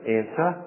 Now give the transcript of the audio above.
answer